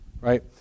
right